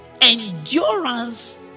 endurance